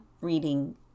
reading